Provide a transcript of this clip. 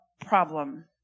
problem